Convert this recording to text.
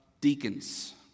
deacons